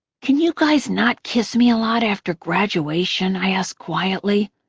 can you guys not kiss me a lot after graduation? i asked quietly.